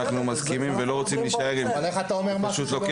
אבל לא רוצים להישאר עם --- כשאנחנו